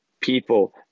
people